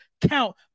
count